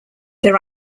there